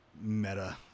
meta